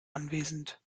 anwesend